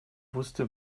wusste